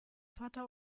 vater